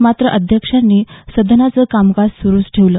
मात्र अध्यक्षांनी सदनाचं कामकाज सुरू ठेवलं